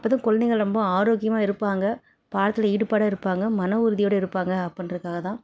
அப்போது தான் குழந்தைகள் ரொம்ப ஆரோக்கியமாக இருப்பாங்க பாடத்தில் ஈடுபாடாக இருப்பாங்க மன உறுதியோடு இருப்பாங்க அப்படின்றத்துக்காக தான்